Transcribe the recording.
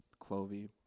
clovey